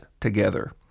together